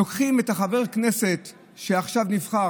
לוקחים את חבר הכנסת שעכשיו נבחר,